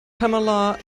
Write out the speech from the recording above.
pamela